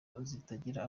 zitagira